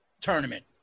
tournament